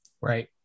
Right